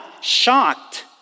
shocked